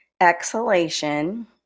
exhalation